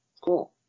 Cool